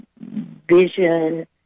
vision